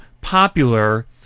popular